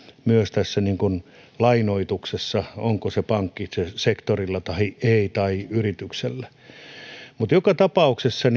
myös lainoituksessa on se pankkisektorilla tai yrityksillä joka tapauksessa